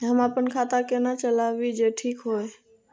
हम अपन खाता केना चलाबी जे ठीक होय?